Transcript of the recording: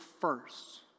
first